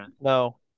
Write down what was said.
no